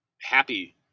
happy